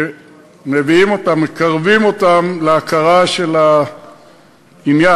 שמביאים אותם ושמקרבים אותם להכרה של העניין,